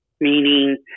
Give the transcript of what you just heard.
meaning